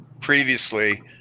previously